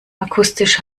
akustisch